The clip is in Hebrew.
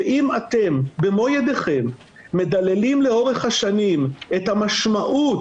ואם אתם במו ידיכם מדללים לאורך השנים את המשמעות